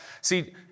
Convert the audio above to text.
See